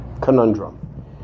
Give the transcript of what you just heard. Conundrum